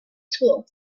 school